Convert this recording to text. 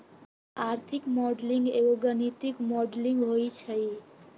आर्थिक मॉडलिंग एगो गणितीक मॉडलिंग होइ छइ